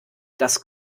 das